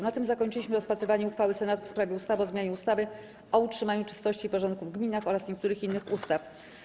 Na tym zakończyliśmy rozpatrywanie uchwały Senatu w sprawie ustawy o zmianie ustawy o utrzymaniu czystości i porządku w gminach oraz niektórych innych ustaw.